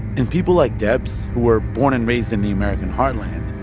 and people like debs, who were born and raised in the american heartland,